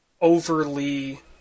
overly